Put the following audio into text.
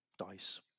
Dice